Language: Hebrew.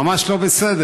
ממש לא בסדר.